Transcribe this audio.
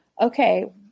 okay